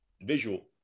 visual